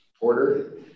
Porter